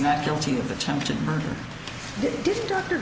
not guilty of attempted murder